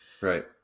right